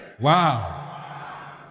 Wow